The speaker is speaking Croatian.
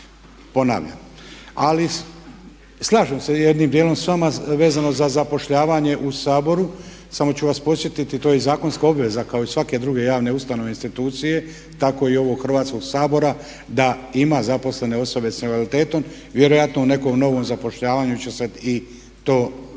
ponavljam. Ali slažem se jednim djelom s vama vezano za zapošljavanje u Saboru, samo ću vas podsjetiti, to je i zakonska obveza kao i svake druge javne ustanove, institucije, tako i ovog Hrvatskoga sabora da ima zaposlene osobe sa invaliditetom. Vjerojatno u nekom novom zapošljavanju će se i to regulirati.